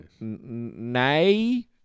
nay